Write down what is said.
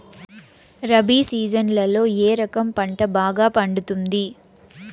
రబి సీజన్లలో ఏ రకం పంట బాగా పండుతుంది